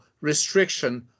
restriction